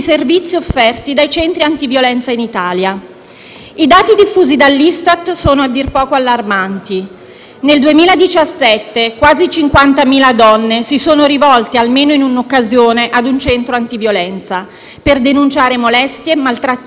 I dati diffusi dall'Istat sono a dir poco allarmanti. Nel 2017, quasi 50.000 donne si sono rivolte almeno in un'occasione ad un centro antiviolenza per denunciare molestie, maltrattamenti, insulti, aggressioni o peggio.